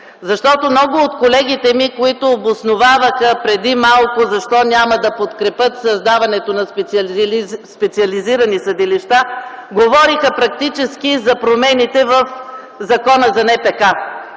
Защото много от колегите ми, които обосноваваха преди малко защо няма да подкрепят създаването на специализирани съдилища, говориха практически за промените в Закона за